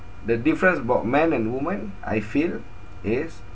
the difference about man and woman I feel is